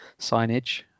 signage